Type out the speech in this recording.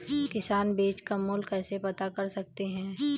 किसान बीज का मूल्य कैसे पता कर सकते हैं?